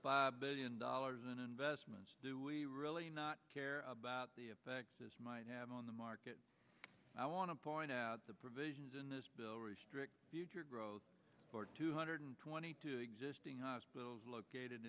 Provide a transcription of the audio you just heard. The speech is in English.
five billion dollars in investments do we really not care about the fact this might have on the market i want to point out the provisions in this bill restrict future growth for two hundred twenty two existing hospitals located